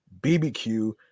BBQ